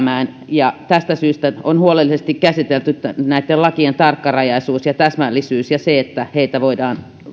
ja tästä syystä on huolellisesti käsitelty näitten lakien tarkkarajaisuus ja täsmällisyys ja se että heitä voidaan